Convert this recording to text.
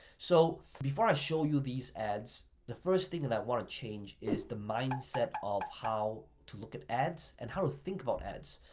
so before i show you these ads, the first thing and that i wanna change is the mindset of how to look at ads and how to think about ads.